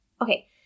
Okay